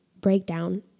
breakdown